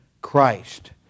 Christ